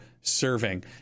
serving